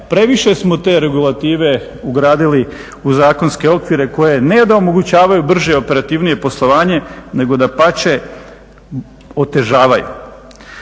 previše smo te regulative ugradili u zakonske okvire koje ne da omogućavaju brže i operativnije poslovanje nego dapače otežavaju.